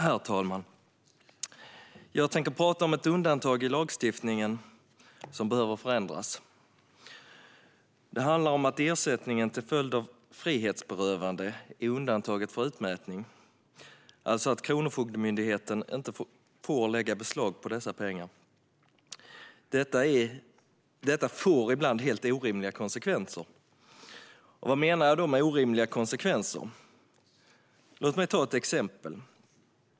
Herr talman! Jag tänker tala om ett undantag i lagstiftningen som behöver förändras. Det handlar om att ersättningen till följd av frihetsberövande är undantaget utmätning, vilket innebär att Kronofogdemyndigheten inte får lägga beslag på dessa pengar. Detta får ibland helt orimliga konsekvenser. Vad menar jag då med orimliga konsekvenser? Låt mig ta ett exempel.